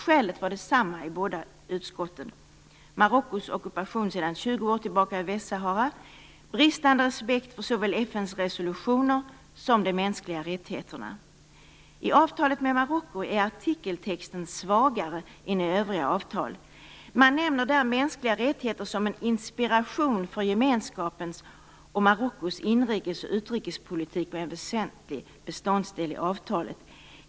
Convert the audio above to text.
Skälet var det samma i båda utskotten: Marockos ockupation sedan 20 år tillbaka av Västsahara och bristande respekt för såväl FN:s resolutioner som de mänskliga rättigheterna. I avtalet med Marocko är artikeltexten svagare än i övriga avtal. Man nämner där mänskliga rättigheter som en inspiration för gemenskapens och Marockos inrikes och utrikespolitik och en väsentlig beståndsdel i avtalet.